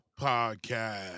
podcast